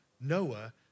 Noah